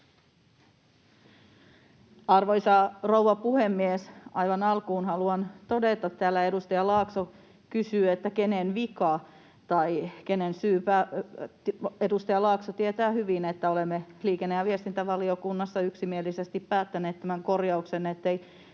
Arvoisa rouva puhemies! Aivan alkuun haluan todeta: Täällä edustaja Laakso kysyi, että kenen vika tai kenen syy. Edustaja Laakso tietää hyvin, että olemme liikenne- ja viestintävaliokunnassa yksimielisesti päättäneet tämän korjauksen, ettei